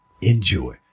Enjoy